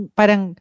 parang